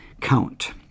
count